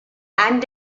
and